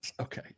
okay